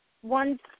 one